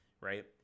right